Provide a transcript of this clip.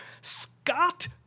Scott